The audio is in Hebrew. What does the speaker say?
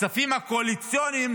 הכספים הקואליציוניים